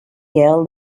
gael